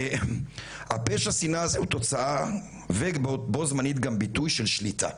הפשע שינאה זאת תוצאה ובו זמנית גם ביטוי של שליטה.